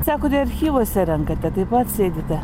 sakote archyvuose renkate taip pat sėdite